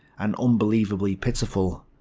and unbelievably pitiful,